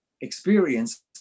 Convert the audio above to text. experience